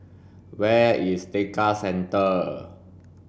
where is Tekka Centre